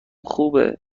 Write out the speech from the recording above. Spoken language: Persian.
خوبه